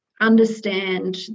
understand